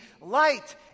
light